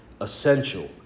essential